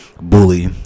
Bully